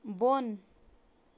بۄن